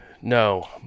No